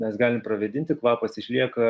mes galim pravėdinti kvapas išlieka